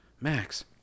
Max